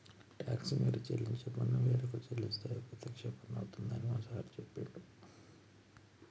talks మీరు చెల్లించే పన్ను వేరొక చెల్లిస్తే అది ప్రత్యక్ష పన్ను అవుతుందని మా సారు చెప్పిండు